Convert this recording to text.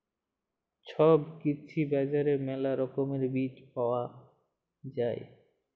ছব কৃষি বাজারে মেলা রকমের বীজ পায়া যাই